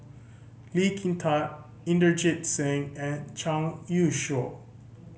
Lee Kin Tat Inderjit Singh and Zhang Youshuo